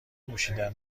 نوشیدن